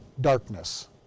Darkness